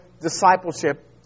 discipleship